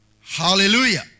Hallelujah